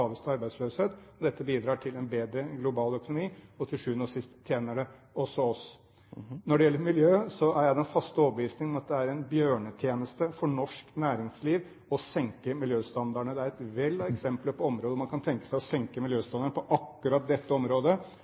arbeidsløshet, og dette bidrar til en bedre global økonomi, og til sjuende og sist tjener det også oss. Når det gjelder miljø, er jeg av den faste overbevisning at det er en bjørnetjeneste overfor norsk næringsliv å senke miljøstandardene. Det er et vell av eksempler på området, hvor man kan tenke seg å senke miljøstandarden på akkurat dette området